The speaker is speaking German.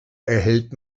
erhält